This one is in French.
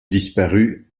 disparut